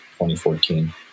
2014